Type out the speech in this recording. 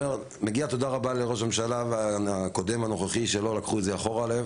מגיעה תודה רבה לראש הממשלה הקודם והנוכחי שלא לקחו את זה אחורה.